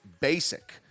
Basic